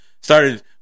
started